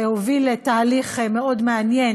הוביל תהליך מאוד מעניין